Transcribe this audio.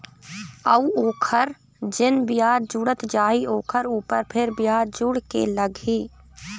अऊ ओखर जेन बियाज जुड़त जाही ओखर ऊपर फेर बियाज जुड़ के लगही